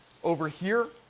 over here,